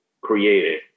created